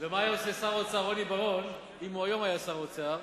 ומה היה עושה שר האוצר רוני בר-און אם היום הוא היה שר האוצר,